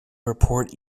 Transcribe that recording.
report